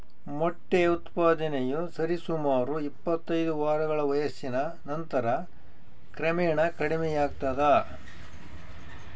ಮೊಟ್ಟೆ ಉತ್ಪಾದನೆಯು ಸರಿಸುಮಾರು ಇಪ್ಪತ್ತೈದು ವಾರಗಳ ವಯಸ್ಸಿನ ನಂತರ ಕ್ರಮೇಣ ಕಡಿಮೆಯಾಗ್ತದ